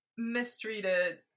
Mistreated